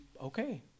okay